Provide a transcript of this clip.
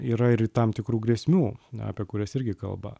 yra ir į tam tikrų grėsmių apie kurias irgi kalba